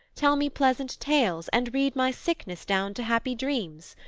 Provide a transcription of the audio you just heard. tell me pleasant tales, and read my sickness down to happy dreams?